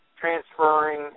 transferring